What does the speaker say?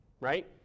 right